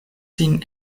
sin